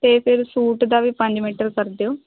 ਅਤੇ ਫਿਰ ਸੂਟ ਦਾ ਵੀ ਪੰਜ ਮੀਟਰ ਕਰ ਦਿਓ